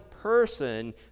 person